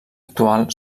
actual